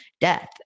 death